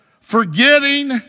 forgetting